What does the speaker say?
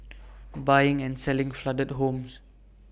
buying and selling flooded homes